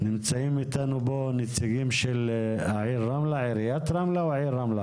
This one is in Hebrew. נמצאים איתנו פה נציגים של עיריית רמלה.